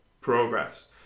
progress